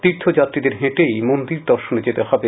তীর্থযাত্রীদের হেঁটেই মন্দির দর্শনে যেতে হবে